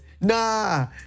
Nah